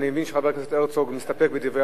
השר וחברת הכנסת גלאון גם מסתפקת.